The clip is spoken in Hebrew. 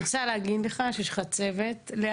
אני רוצה להגיד לך שיש לך צוות נהדר.